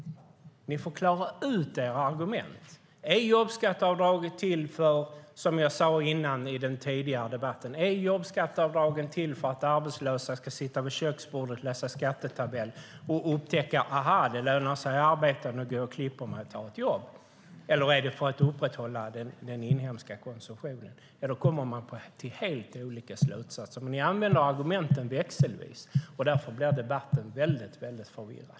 Ni får klara ut era argument. Som jag sade i en tidigare interpellationsdebatt: Är jobbskatteavdraget till för att arbetslösa ska sitta vid köksbordet, läsa skattetabeller och upptäcka - aha - att det lönar sig att arbeta, så att de går och klipper sig och tar ett jobb, eller är det för att upprätthålla den inhemska konsumtionen? Man kommer till helt olika slutsatser. Ni använder argumenten växelvis, och därför blir debatten väldigt förvirrad.